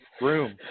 Room